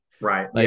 Right